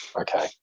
okay